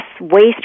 waste